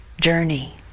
journey